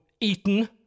eaten